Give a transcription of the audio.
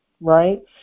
right